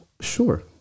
sure